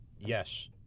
Yes